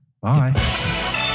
bye